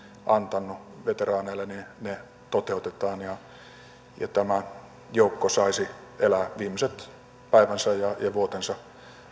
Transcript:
antanut veteraaneille toteutetaan ja tämä joukko saisi elää viimeiset päivänsä ja vuotensa